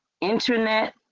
internet